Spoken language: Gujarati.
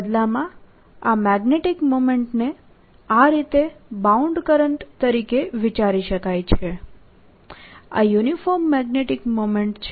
બદલામાં આ મેગ્નેટીક મોમેન્ટને આ રીતે બાઉન્ડ કરંટ તરીકે વિચારી શકાય છે આ યુનિફોર્મ મેગ્નેટીક મોમેન્ટ છે